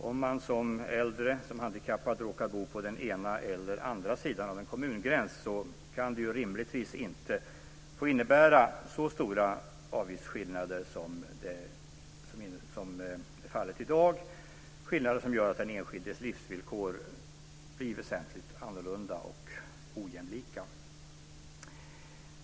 Om äldre eller handikappade råkar bo på den ena eller andra sidan av en kommungräns kan det rimligtvis inte få innebära så stora avgiftsskillnader som fallet är i dag - skillnader som gör att den enskildes livsvillkor blir väsentligt annorlunda och ojämlika.